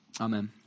Amen